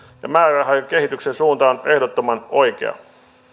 ja määrärahojen kehityksen suunta on ehdottoman oikea